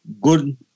good